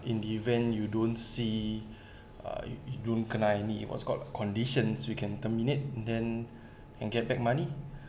in the event you don't see uh you you kena ini what's called conditions we can terminate then and get back money